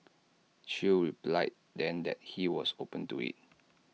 chew replied then that he was open to IT